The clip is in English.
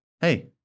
hey